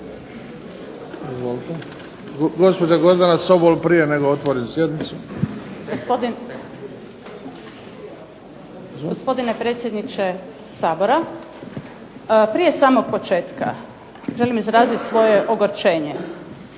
Gospodine predsjedniče Sabora. Prije samoga početka želim izraziti svoje ogorčenje.